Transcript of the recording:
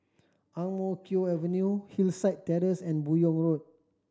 Ang Mo Kio Avenue Hillside Terrace and Buyong Road